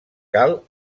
cal